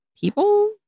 People